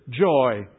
joy